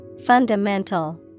Fundamental